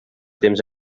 temps